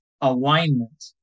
alignment